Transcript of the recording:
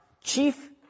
chief